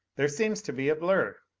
there seems to be a blur.